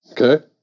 okay